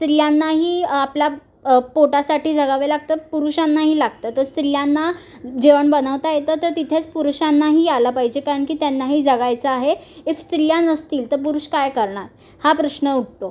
स्त्रियांनाही आपल्या पोटासाठी जगावे लागतं पुरुषांनाही लागतं तर स्त्रियांना जेवण बनवता येतं तर तिथेच पुरुषांनाही आलं पाहिजे कारण की त्यांनाही जगायचं आहे इफ स्त्रिया नसतील तर पुरुष काय करणार हा प्रश्न उठतो